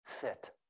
fit